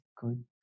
good